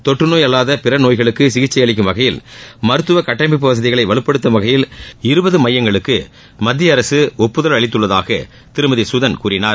தொற்றநோய் அல்லாத பிற நோய்களுக்கு சிகிச்சை அளிக்கும் வகையில் மருத்துவ கட்டமைப்பு வசதிகளை வலுப்படுத்தும் வகையில் இருபது மையங்களுக்கு மத்திய அரசு ஒப்புதல் அளித்துள்ள திருமதி சுதான் கூறினார்